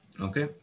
Okay